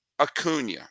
Acuna